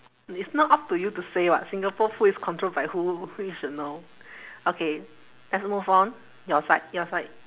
it's not up to you to say [what] singapore pool is control by who who you should know okay let's move on your side your side